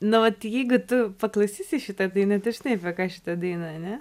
na vat jeigu tu paklausysi šitą dainą tu žinai apie ką šita daina ane